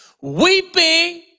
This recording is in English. weeping